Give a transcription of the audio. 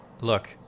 Look